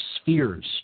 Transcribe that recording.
spheres